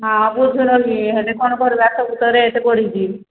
ହଁ ବୁଝୁନ ହେଲେ କ'ଣ କରିବା ସବୁ ତ ରେଟ୍ ବଢ଼ୁଛି